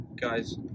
Guys